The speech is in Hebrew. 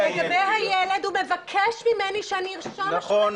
לגבי הילד הוא מבקש ממני שאני ארשום את הילד.